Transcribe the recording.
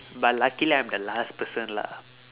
but luckily I'm the last person lah